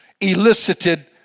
elicited